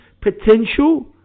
potential